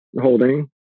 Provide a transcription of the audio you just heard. holding